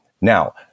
Now